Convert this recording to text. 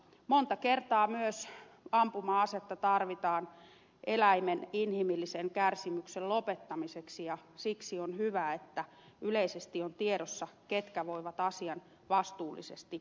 monta kertaa myös ampuma asetta tarvitaan eläimen inhimillisen kärsimyksen lopettamiseksi ja siksi on hyvä että yleisesti on tiedossa ketkä voivat asian vastuullisesti hoitaa